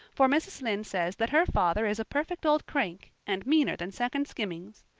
for mrs. lynde says that her father is a perfect old crank, and meaner than second skimmings.